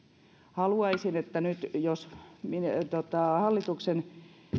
haluaisin jos hallituksen